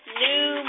new